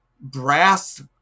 brass